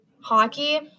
hockey